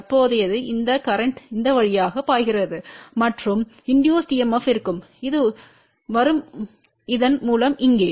தற்போதையது இந்த கரேன்ட் இந்த வழியாக பாய்கிறது மற்றும் இன்டியுஸ்ட் EMF இருக்கும் இது வரும் இதன் மூலம் இங்கே